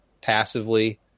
passively